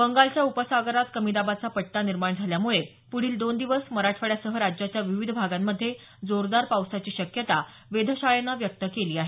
बंगालच्या उपसागरात कमी दाबाचा पट्टा निर्माण झाल्यामुळे पुढील दोन दिवस मराठवाड्यासह राज्याच्या विविध भागांमधे जोरदार पावसाची शक्यता वेधशाळेनं व्यक्त केली आहे